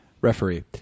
Referee